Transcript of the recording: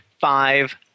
five